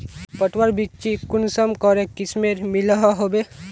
पटवार बिच्ची कुंसम करे किस्मेर मिलोहो होबे?